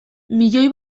miloi